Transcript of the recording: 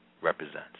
represents